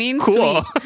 cool